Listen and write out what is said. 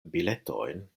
biletojn